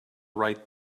right